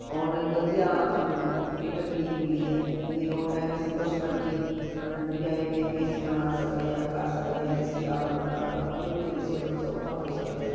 online ਵਧੀਆ ਸਾਨੂੰ ਇਹ ਟਕਨੀਕ ਮਿਲੀ ਹੈ ਵੀ ਔਨਲਾਈਨ ਅਸੀਂ ਕੁਛ ਮਰਜੀ ਡਿਜਾਈਨ ਵੇਖ ਕੇ ਅਸੀਂ ਬਣਾ ਸਕਦੇ ਆਂ ਕਰ ਸਕਦੇ ਹਾਂ ਅਤੇ ਅਸੀਂ ਆਪਣਾ ਕਾਰੋਬਾਰ ਖੋਲ੍ਹ ਕੇ ਅਤੇ ਅਸੀਂ ਆਪਣਾ ਸੌਖਾ ਹੋ ਸਕਦੇ ਹਾਂ